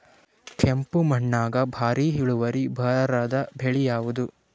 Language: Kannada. ಕೆಂಪುದ ಮಣ್ಣಾಗ ಭಾರಿ ಇಳುವರಿ ಬರಾದ ಬೆಳಿ ಯಾವುದು?